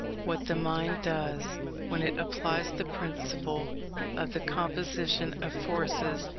what the mind does when it applies the principle of the composition of forces,